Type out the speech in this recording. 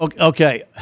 Okay